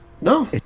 no